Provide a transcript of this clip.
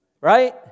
Right